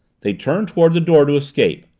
they turned toward the door to escape,